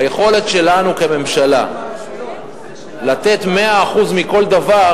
היכולת שלנו כממשלה לתת 100% של כל דבר